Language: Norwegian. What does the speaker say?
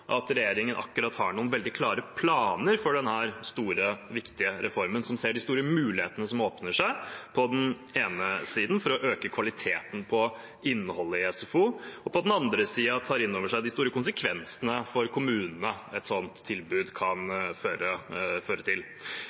at regjeringen akkurat har noen veldig klare planer for denne store, viktige reformen – som på den ene siden ser de store mulighetene som åpner seg for å øke kvaliteten på innholdet i SFO, og på den andre siden tar inn over seg de store konsekvensene for kommunene et sånt tilbud kan føre til.